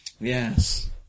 Yes